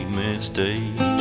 mistake